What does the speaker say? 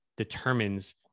Determines